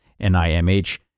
NIMH